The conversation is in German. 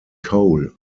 cole